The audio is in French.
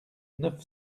neuf